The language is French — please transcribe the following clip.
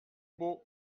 beau